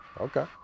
Okay